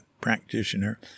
practitioner